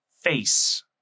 Face